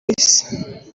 isi